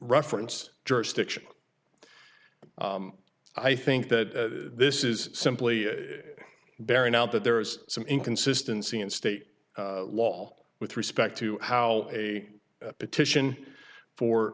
reference jurisdiction i think that this is simply bearing out that there is some inconsistency in state law with respect to how a petition for